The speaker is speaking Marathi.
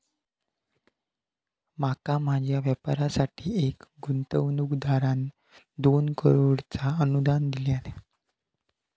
माका माझ्या व्यापारासाठी एका गुंतवणूकदारान दोन करोडचा अनुदान दिल्यान